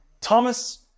Thomas